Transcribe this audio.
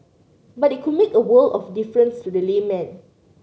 but it could make a world of difference to the layman